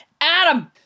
Adam